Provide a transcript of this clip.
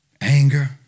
anger